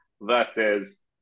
versus